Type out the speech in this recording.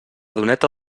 doneta